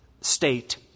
state